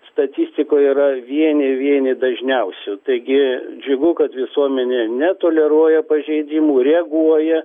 statistikoje yra vieni vieni dažniausių taigi džiugu kad visuomenė netoleruoja pažeidimų reaguoja